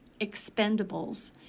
expendables